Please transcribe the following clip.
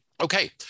Okay